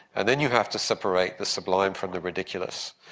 and then you have to separate the sublime from the ridiculous,